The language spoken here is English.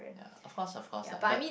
of course of course lah but